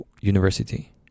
university